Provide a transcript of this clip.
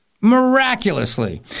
Miraculously